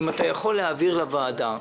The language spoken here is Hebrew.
אם אתה יכול להעביר לוועדה,